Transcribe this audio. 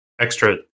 Extra